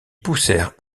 poussèrent